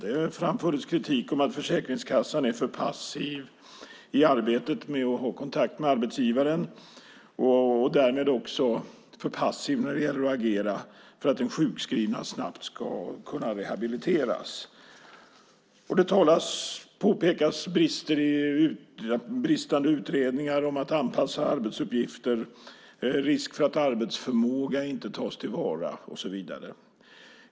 Det framfördes kritik om att Försäkringskassan är för passiv i arbetet med att ha kontakt med arbetsgivaren och därmed för passiv när det gäller att agera för att den sjukskrivna snabbt ska kunna rehabiliteras. Man påpekar brister i utredningar om att anpassa arbetsuppgifter, risk för att arbetsförmåga inte tas till vara och så vidare.